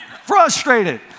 Frustrated